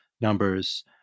numbers